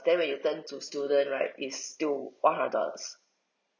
then when you turn to student right is still one hundred dollars